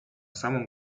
samą